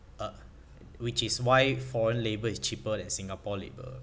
uh which is why foreign labour is cheaper than singapore labour